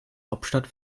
hauptstadt